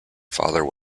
father